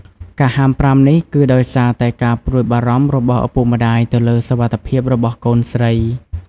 ការហាមប្រាមនេះគឺដោយសារតែការព្រួយបារម្ភរបស់ឪពុកម្តាយទៅលើសុវត្ថិភាពរបស់កូនស្រី។